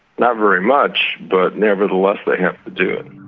not very much but nevertheless they have to do it.